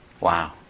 wow